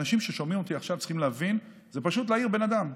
אנשים ששומעים אותי עכשיו צריכים להבין: זה פשוט להעיר בן אדם.